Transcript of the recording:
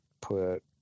put